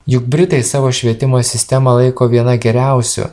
juk britai savo švietimo sistemą laiko viena geriausių